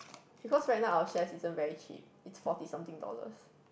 because right now our shares isn't very cheap it's forty something dollars